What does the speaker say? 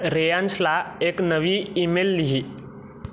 रेयांशला एक नवी ईमेल लिही